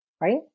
right